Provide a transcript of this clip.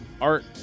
art